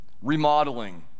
remodeling